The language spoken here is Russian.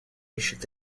ищет